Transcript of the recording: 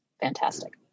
fantastic